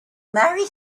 marry